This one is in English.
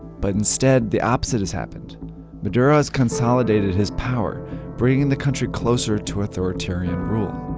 but instead, the opposite has happened maduro has consolidated his power bringing the country closer to authoritarian rule.